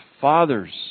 fathers